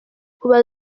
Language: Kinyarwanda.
kubwa